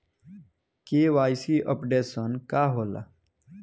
KYC updation का होला?